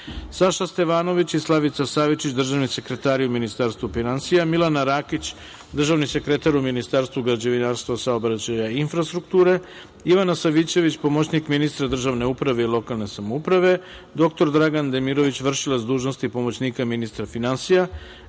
Saša Stevanović i Slavica Savičić, državni sekretari u Ministarstvu finansija, Milana Rakić, državni sekretar u Ministarstvu građevinarstva, saobraćaja i infrastrukture, Ivana Savićević, pomoćnik ministra državne uprave i lokalne samouprave, dr Dragan Demirović, vršilac dužnosti pomoćnika ministra finansija,